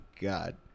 God